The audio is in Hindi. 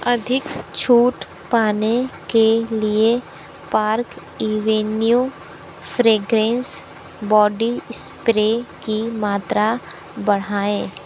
अधिक छूट पाने के लिए park avenue fragrance body spray की मात्रा बढ़ाएँ